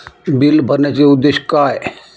Bill भरण्याचे उद्देश काय?